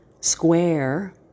square